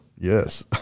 Yes